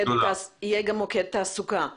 ומן הסתם יהיה גם מוקד תעסוקה.